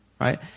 right